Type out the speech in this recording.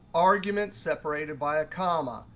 arguments separated by a comma,